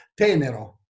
tenero